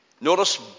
Notice